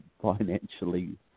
financially